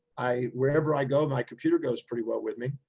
i, wherever i go, my computer goes pretty well with me.